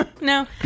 No